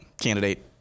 candidate